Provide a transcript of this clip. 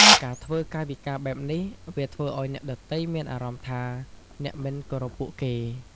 ការធ្វើកាយវិការបែបនេះ វាធ្វើឲ្យអ្នកដទៃមានអារម្មណ៍ថាអ្នកមិនគោរពពួកគេ។